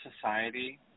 society